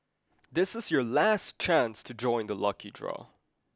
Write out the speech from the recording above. this is your last chance to join the lucky draw